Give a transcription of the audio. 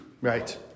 Right